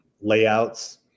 layouts